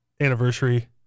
anniversary